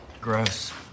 Gross